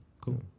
cool